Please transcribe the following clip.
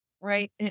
right